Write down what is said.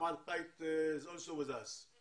ג'ומעה אל-קיט גם איתנו?